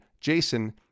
jason